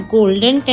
Golden